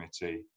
committee